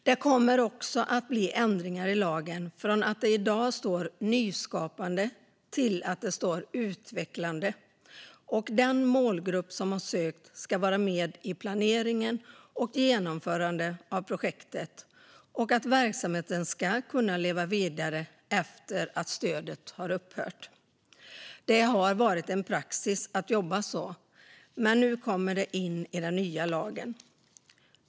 Det kommer också att bli ändringar i lagen från, som det står i dag, nyskapande till utvecklande. Den målgrupp som har sökt ska vara med i planeringen och genomförandet av projektet, och verksamheten ska kunna leva vidare efter att stödet har upphört. Det har varit praxis att jobba så, men nu kommer det in i den nya lagen.